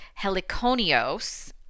Heliconios